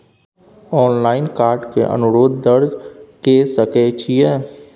Online card के अनुरोध दर्ज के सकै छियै?